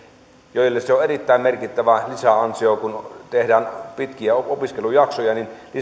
joille se on erittäin merkittävä lisäansio kun tehdään pitkiä opiskelujaksoja